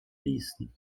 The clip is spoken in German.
ließen